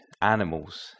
animals